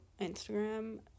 Instagram